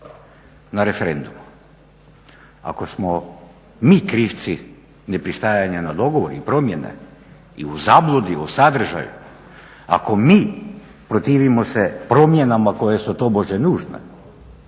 na referendumu. Ako smo mi krivci ne pristajanja na dogovor i promjene i u zabludi o sadržaju, ako mi protivimo se promjenama koje su tobože nužne